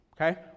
Okay